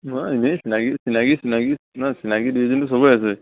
নহয় এনেই চিনাকি চিনাকি চিনাকি নহয় চিনাকি দুইজনী চবেৰে আছে